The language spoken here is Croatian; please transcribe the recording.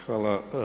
Hvala.